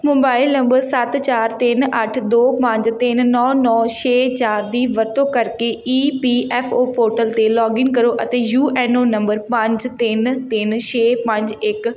mobile number ਸੱਤ ਚਾਰ ਤਿੰਨ ਅੱਠ ਦੋ ਪੰਜ ਤਿੰਨ ਨੌ ਨੌ ਛੇ ਚਾਰ ਦੀ ਵਰਤੋਂ ਕਰਕੇ E P F O portal 'ਤੇ ਲੌਗਇਨ ਕਰੋ ਅਤੇ ਯੂ ਐੱਨ ਓ ਨੰਬਰ ਪੰਜ ਤਿੰਨ ਤਿੰਨ ਛੇ ਪੰਜ ਇੱਕ